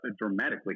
dramatically